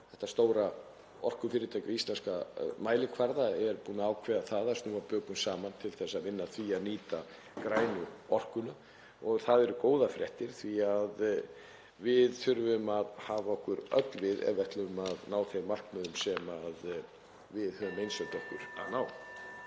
þetta stóra orkufyrirtæki á íslenska mælikvarða eru búnir að ákveða það að snúa bökum saman til að vinna að því að nýta grænu orkuna. Það eru góðar fréttir því að við þurfum að hafa okkur öll við ef við ætlum að ná þeim markmiðum sem við höfum einsett okkur að ná.